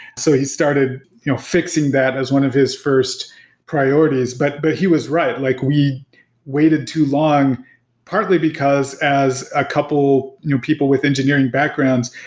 so he started you know fixing that as one of his first priorities. but but he was right. like, we waited too long partly because as a couple people with engineering backgrounds,